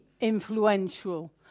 influential